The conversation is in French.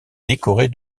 décorée